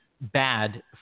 bad